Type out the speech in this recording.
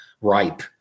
ripe